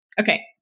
Okay